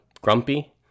grumpy